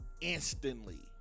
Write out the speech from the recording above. instantly